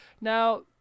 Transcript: Now